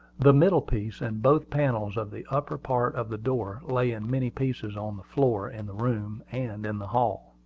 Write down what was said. the middle piece and both panels of the upper part of the door lay in many pieces on the floor, in the room, and in the hall.